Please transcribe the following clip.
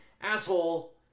asshole